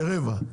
רבע.